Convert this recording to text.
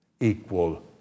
equal